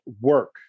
work